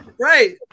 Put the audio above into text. right